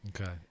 Okay